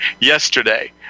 yesterday